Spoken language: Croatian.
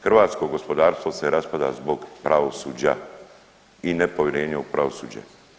Hrvatsko gospodarstvo se raspada zbog pravosuđa i nepovjerenja u pravosuđe.